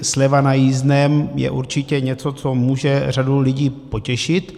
Sleva na jízdném je určitě něco, co může řadu lidí potěšit.